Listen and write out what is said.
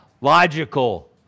logical